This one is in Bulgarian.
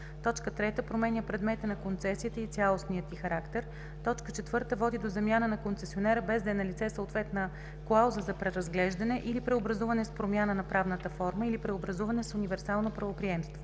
договор; 3. променя предмета на концесията и цялостния й характер; 4. води до замяна на концесионера без да е налице съответна клауза за преразглеждане, или преобразуване с промяна на правната форма или преобразуване с универсално правоприемство.